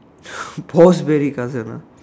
boss marry cousin ah